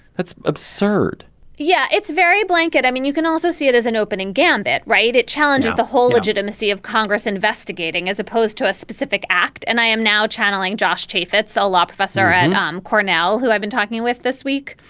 that's absurd yeah it's very blanket i mean you can also see it as an opening gambit right at challenge of the whole legitimacy of congress investigating as opposed to a specific act. and i am now channeling josh chafe that's a law professor at and um cornell who i've been talking with this week.